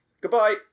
goodbye